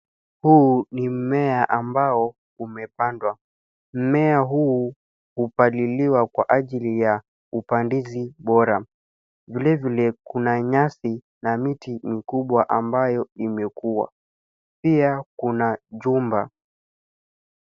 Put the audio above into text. Huu ni mmea ambao umepandwa mmea huu hupaliliwa kwa ajili ya upandizi bora vilevile kuna nyasi na miti mikubwa ambayo imekua pia kuna jumba.